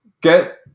Get